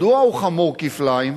מדוע הוא חמור כפליים?